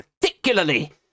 particularly